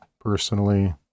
personally